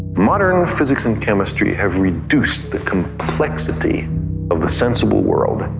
modern physics and chemistry have reduced the complexity of the sensible world